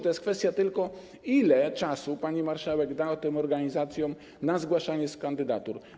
To jest kwestia tylko tego, ile czasu pani marszałek da tym organizacjom na zgłaszanie kandydatur.